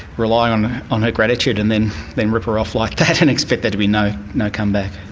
rely on on her gratitude and then then rip her off like that and expect there to be no no comeback.